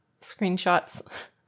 screenshots